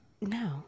No